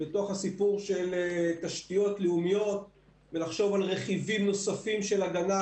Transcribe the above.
בתוך הסיפור של תשתיות לאומיות ולחשוב על רכיבים נוספים של הגנה,